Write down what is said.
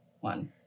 one